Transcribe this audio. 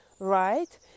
right